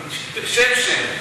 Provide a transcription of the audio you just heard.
אבל שם-שם,